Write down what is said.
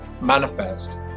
manifest